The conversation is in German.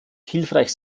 hilfreich